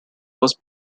was